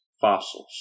fossils